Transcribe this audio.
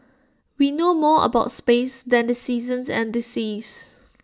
we know more about space than the seasons and the seas